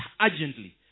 urgently